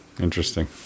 Interesting